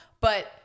But-